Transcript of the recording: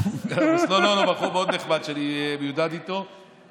בחור מאוד נחמד שאני מיודד איתו,